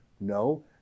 no